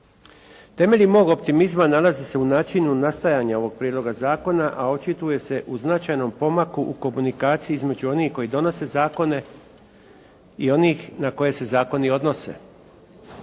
Temeljem mog optimizma nalazi se u načinu nastajanja ovoga prijedloga zakona a očituje se značajnoj pomaku, u komunikaciji između onih koji donose zakone i onih na koje se zakoni odnose.